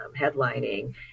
headlining